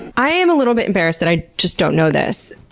i am a little bit embarrassed that i just don't know this.